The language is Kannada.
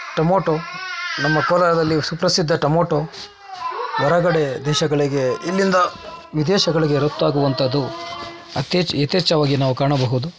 ಟೊಮೊಟೊ ನಮ್ಮ ಕೋಲಾರದಲ್ಲಿ ಸುಪ್ರಸಿದ್ಧ ಟೊಮೊಟೊ ಹೊರಗಡೆ ದೇಶಗಳಿಗೆ ಇಲ್ಲಿಂದ ವಿದೇಶಗಳಿಗೆ ರಫ್ತಾಗುವಂಥದ್ದು ಅಥೆಚ್ ಯಥೇಚ್ಚವಾಗಿ ನಾವು ಕಾಣಬಹುದು